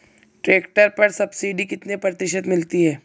Tractor पर subsidy कितने प्रतिशत मिलती है?